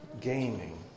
gaming